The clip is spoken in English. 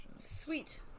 Sweet